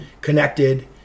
connected